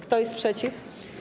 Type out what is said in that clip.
Kto jest przeciw?